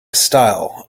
style